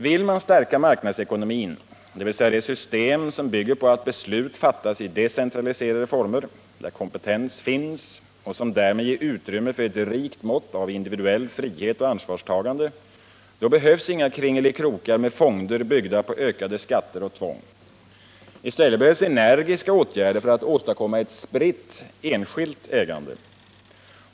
Vill man stärka marknadsekonomin, dvs. det system som bygger på att beslut fattas i decentraliserade former, där kompetens finns, och som därmed ger utrymme för ett rikt mått av individuell frihet och ansvarstagande, då behövs inga kringelikrokar med fonder byggda på ökade skatter och tvång. I stället behövs energiska åtgärder för att åstadkomma ett spritt, enskilt ägande.